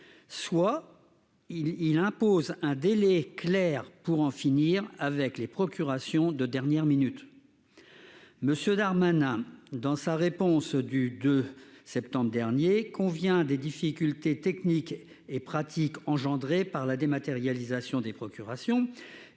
soit-il, il impose un délai clair pour en finir avec les procurations de dernière minute, monsieur Darmanin dans sa réponse du 2 septembre dernier qu'on vient des difficultés techniques et pratiques engendrés par la dématérialisation des procurations